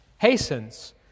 hastens